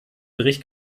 bericht